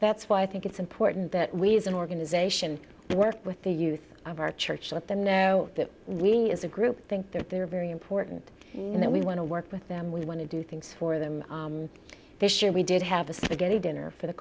that's why i think it's important that we as an organization work with the youth of our church to let them know that we as a group think that they're very important and then we want to work with them we want to do things for them this year we did have the spaghetti dinner for the